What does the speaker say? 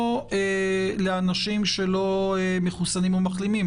לאנשים שלא מחוסנים או מחלימים.